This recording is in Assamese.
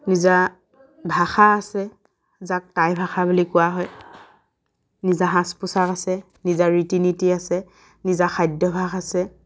নিজা ভাষা আছে যাক টাই ভাষা বুলি কোৱা হয় নিজা সাজ পোচাক আছে নিজা ৰীতি নীতি আছে নিজা খাদ্যভাস আছে